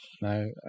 No